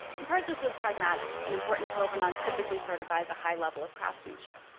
in part this was pragmatic, an important provenance typically certifies a high level of craftsmanship.